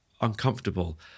uncomfortable